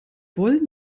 wollen